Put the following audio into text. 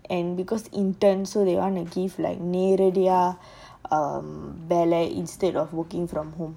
and because intern so they want to give like நேரடியா:neradiya instead of working from home